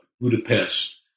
Budapest